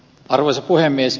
arvoisa puhemies